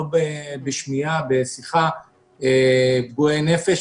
לא בשמיעה או בשיחה פגועי נפש,